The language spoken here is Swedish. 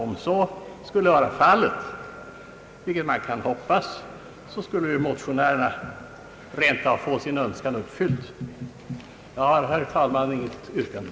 Om så blir fal let — vilket man hoppas — så skulle ju motionärerna få sin önskan uppfylld. Herr talman! Jag har inget yrkande.